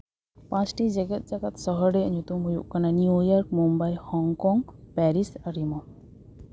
ᱯᱟᱸᱪᱴᱤ ᱡᱮᱜᱮᱛ ᱡᱟᱠᱟᱛ ᱥᱚᱦᱚᱨ ᱨᱮᱭᱟᱜ ᱧᱩᱛᱩᱢ ᱦᱩᱭᱩᱜ ᱠᱟᱱᱟ ᱱᱤᱭᱩᱤᱭᱟᱨᱠ ᱢᱩᱢᱵᱟᱭ ᱦᱚᱝᱠᱚᱝ ᱯᱮᱨᱤᱥ ᱟᱨᱤᱢᱳ